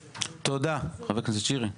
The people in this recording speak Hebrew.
תודה, חבר הכנסת שירי.